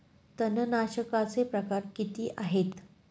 तणनाशकाचे प्रकार किती आहेत?